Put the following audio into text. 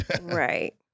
right